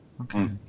okay